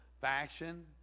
fashion